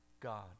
God